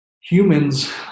humans